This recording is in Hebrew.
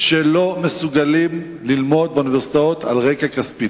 שלא מסוגלים ללמוד באוניברסיטאות על רקע כספי.